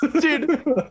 Dude